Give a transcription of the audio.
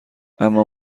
اما